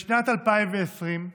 בשנת 2020,